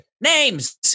Names